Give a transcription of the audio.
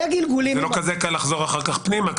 זה לא כזה קל לחזור אחר כך פנימה,